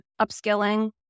upskilling